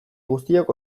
guztiok